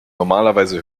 normalerweise